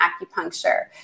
acupuncture